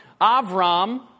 Avram